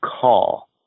Call